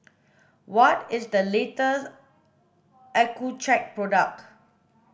what is the latest Accucheck product